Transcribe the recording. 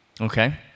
Okay